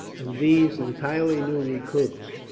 and these, entirely new recruits.